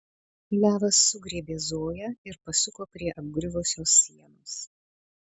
levas sugriebė zoją ir pasuko prie apgriuvusios sienos